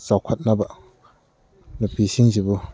ꯆꯥꯎꯈꯠꯅꯕ ꯅꯨꯄꯤꯁꯤꯡꯁꯤꯕꯨ